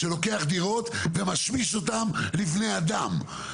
הוא לוקח דירות ומשמיש אותם לבני אדם.